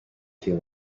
feel